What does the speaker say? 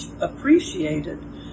appreciated